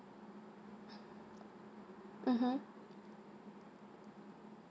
mmhmm